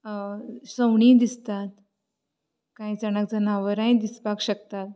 सवणीं दिसतात कांय जाणांक जनावरांय दिसपाक शकतात